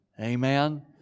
Amen